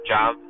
Job